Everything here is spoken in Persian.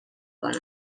کنم